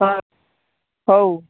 ହଁ ହଉ